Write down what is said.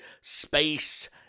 Space